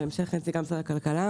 בהמשך לדברי נציגת משרד הכלכלה,